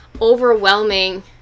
overwhelming